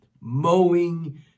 mowing